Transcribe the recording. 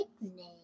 nickname